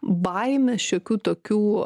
baimė šiokių tokių